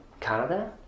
Canada